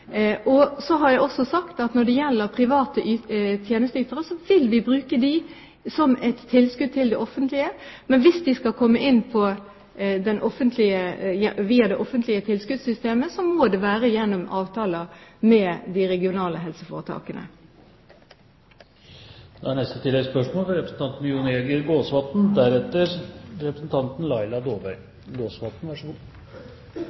Så har jeg også sagt at når det gjelder private tjenesteytere, vil vi bruke dem som et tilskudd til det offentlige. Men hvis de skal komme inn i det offentlige tilskuddssystemet, må det være gjennom avtaler med de regionale helseforetakene. Jon Jæger Gåsvatn – til oppfølgingsspørsmål. Jeg er